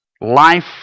life